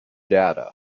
data